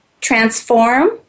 transform